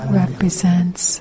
represents